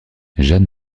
jeanne